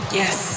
yes